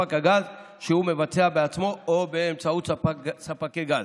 ספק הגז שהוא מבצע בעצמו או באמצעות ספקי הגז,